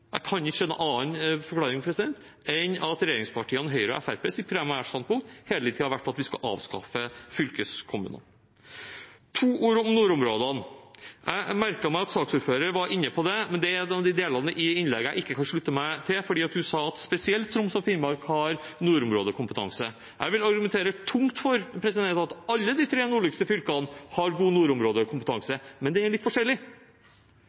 Jeg kan ikke se noen annen forklaring enn at regjeringspartiene Høyre og Fremskrittspartiets primærstandpunkt hele tiden har vært at vi skal avskaffe fylkeskommunene. To ord om nordområdene. Jeg merket meg at saksordføreren var inne på det, men det er en av de delene i innlegget jeg ikke kan slutte meg til, for hun sa at spesielt Troms og Finnmark har nordområdekompetanse. Jeg vil argumentere tungt for at alle de tre nordligste fylkene har god nordområdekompetanse, men den er litt forskjellig.